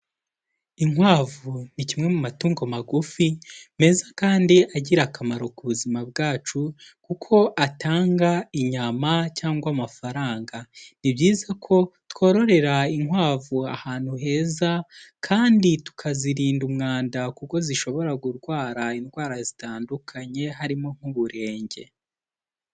Inkwavu ni kimwe mu matungo magufi meza kandi agira akamaro ku buzima bwacu kuko atanga inyama cyangwa amafaranga, ni byiza ko twororera inkwavu ahantu heza kandi tukazirinda umwanda kuko zishobora kurwara indwara zitandukanye harimo nk'uburenge.